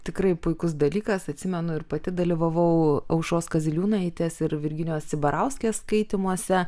tikrai puikus dalykas atsimenu ir pati dalyvavau aušros kaziliūnaitės ir virginijos cibarauskės skaitymuose